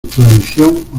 tradición